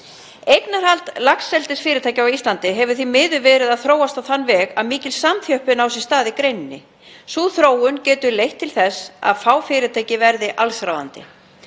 Eignarhald laxeldisfyrirtækja á Íslandi hefur því miður verið að þróast á þann veg að mikil samþjöppun á sér stað í greininni. Sú þróun getur leitt til þess að fá fyrirtæki verði alls ráðandi.